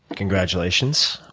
congratulations,